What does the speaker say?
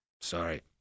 Sorry